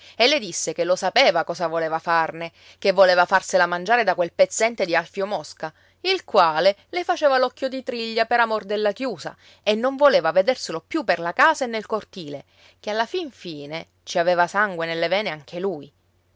e le disse che lo sapeva cosa voleva farne che voleva farsela mangiare da quel pezzente di alfio mosca il quale le faceva l'occhio di triglia per amor della chiusa e non voleva vederselo più per la casa e nel cortile che alla fin fine ci aveva sangue nelle vene anche lui